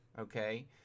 okay